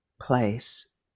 place